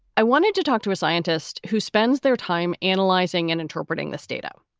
i wanted to talk to a scientist who spends their time analyzing and interpreting this data.